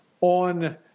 on